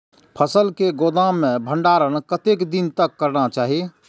फसल के गोदाम में भंडारण कतेक दिन तक करना चाही?